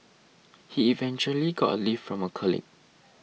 he eventually got a lift from a colleague